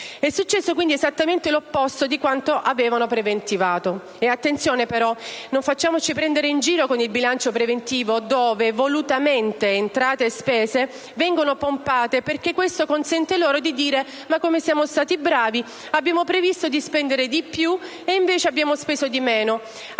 è successo esattamente l'opposto di quanto avevano preventivato. E attenzione, però, a non farci prendere in giro con il bilancio preventivo, dove entrate e spese vengono volutamente pompate, perché questo consente loro di dire: come siamo stati bravi, abbiamo previsto di spendere di più e invece abbiamo speso meno;